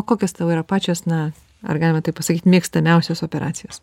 o kokios tavo yra pačios na ar galima taip pasakyt mėgstamiausias operacijos